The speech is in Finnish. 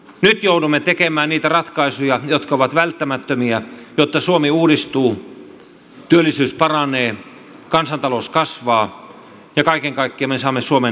nyt joudumme tekemään niitä ratkaisuja jotka ovat välttämättömiä jotta suomi uudistuu työllisyys paranee kansantalous kasvaa ja kaiken kaikkiaan me saamme suomen nostettua ylös